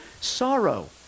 sorrow